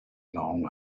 long